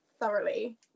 thoroughly